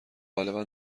غالبا